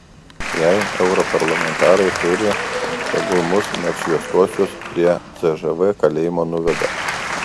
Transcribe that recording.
jei europarlamentarai turi tegul mus neapšviestuosius prie cžv kalėjimo nuveda